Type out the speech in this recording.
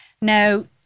Now